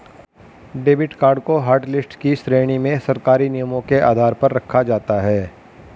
debit card को hotlist की श्रेणी में सरकारी नियमों के आधार पर रखा जाता है